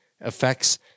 affects